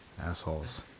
Assholes